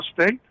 State